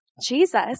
Jesus